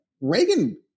Reagan